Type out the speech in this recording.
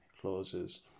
clauses